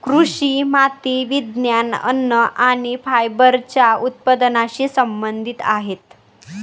कृषी माती विज्ञान, अन्न आणि फायबरच्या उत्पादनाशी संबंधित आहेत